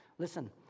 Listen